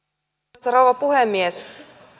arvoisa rouva puhemies